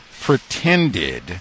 pretended